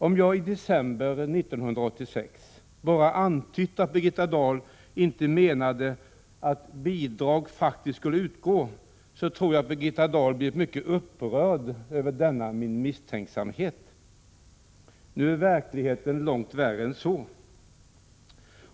Om jag i december 1986 bara antytt att Birgitta Dahl inte menade att bidrag faktiskt skulle utgå, tror jag att Birgitta Dahl hade blivit mycket upprörd över denna min misstänksamhet. Nu är verkligheten långt värre än så.